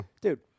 dude